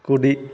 కుడి